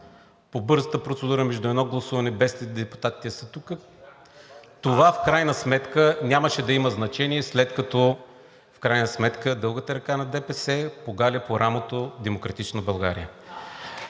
по бързата процедура между едно гласуване, без депутатите да са тук, това нямаше да има значение, след като в крайна сметка дългата ръка на ДПС погали по рамото „Демократична България“.